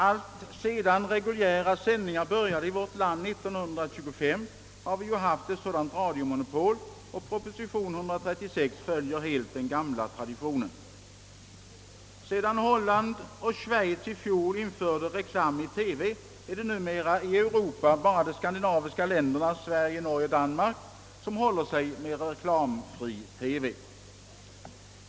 Alltsedan reguljära sändningar började i vårt land år 1925 har vi ju haft ett sådant radiomonopol, och proposition 136 följer helt traditionen. Sedan Holland och Schweiz i fjol införde reklam i TV är det numera i Europa bara de skandinaviska länderna Sverige, Norge och Danmark, som håller sig med reklamfri TV.